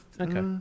Okay